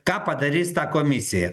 ką padarys ta komisija